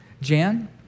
Jan